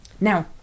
Now